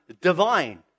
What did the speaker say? divine